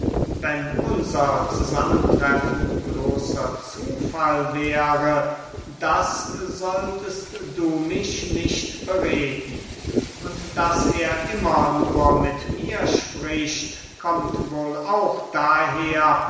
wenn unser zusammentreffen bloßer zufall wäre das sollst du mich nicht bereden und daß er immer nur mit mir spricht kommt wohl auch daher